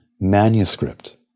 manuscript